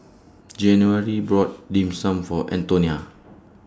January brought Dim Sum For Antonia